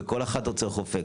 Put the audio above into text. וכל אחד רוצה אופק,